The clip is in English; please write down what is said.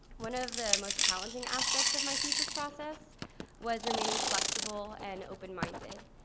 one of the most challenging aspects of my thesis process was remaining flexible and open minded.